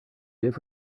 give